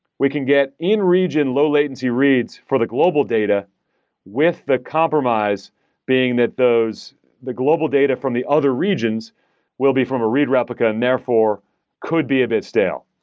we can get in-region low latency reads for the global data with the compromise being that the global data from the other regions will be from a read replica, and therefore could be a bit stale.